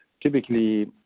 Typically